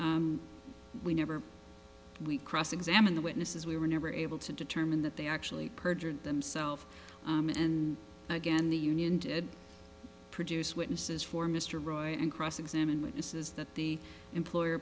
we never we cross examine the witnesses we were never able to determine that they actually perjured themselves and again the union did produce witnesses for mr roy and cross examine witnesses that the employer